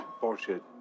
Bullshit